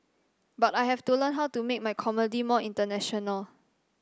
but I have to learn how to make my comedy more international